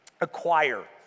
Acquire